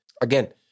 Again